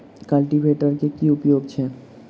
Cultivator केँ की उपयोग छैक?